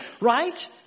right